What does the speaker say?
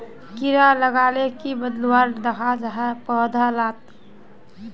कीड़ा लगाले की बदलाव दखा जहा पौधा लात?